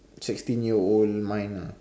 sixteen year old mind ah